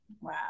Wow